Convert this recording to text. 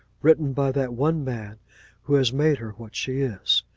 written by that one man who has made her what she is.